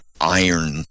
iron